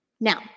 Now